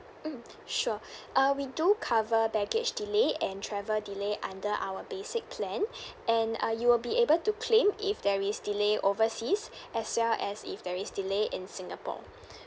mm sure uh we do cover baggage delay and travel delay under our basic plan and uh you will be able to claim if there is delay overseas as well as if there is delay in singapore